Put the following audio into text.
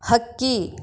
ಹಕ್ಕಿ